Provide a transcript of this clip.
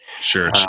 Sure